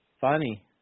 funny